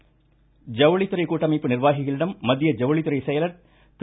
ரவிகபூர் ஜவுளி துறை கூட்டமைப்பு நிர்வாகிகளிடம் மத்திய ஜவுளித்துறை செயலர் திரு